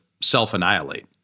self-annihilate